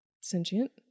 sentient